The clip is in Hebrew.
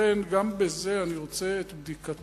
ולכן גם בזה אני רוצה את בדיקתך,